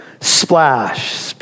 Splash